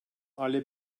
alle